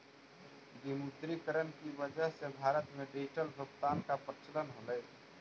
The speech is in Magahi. विमुद्रीकरण की वजह से भारत में डिजिटल भुगतान का प्रचलन होलई